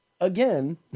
again